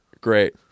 great